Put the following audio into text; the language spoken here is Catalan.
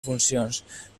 funcions